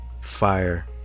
fire